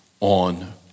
on